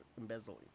embezzling